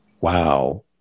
wow